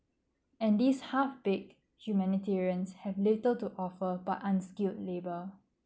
and this half baked humanitarian have later to offer but unskilled labour